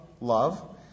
love